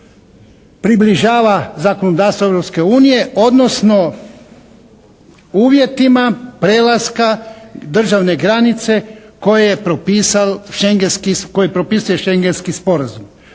približava zakonodavstvu Europske unije, odnosno uvjetima prelaska državne granice koje je potpisal Schengenski, koji